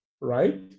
right